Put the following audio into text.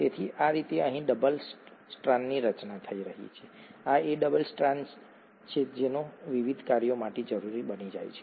તેથી આ રીતે અહીં ડબલ સ્ટ્રાન્ડની રચના થઈ રહી છે અને આ ડબલ સ્ટ્રાન્ડ તેના વિવિધ કાર્યો માટે જરૂરી બની જાય છે